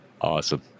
Awesome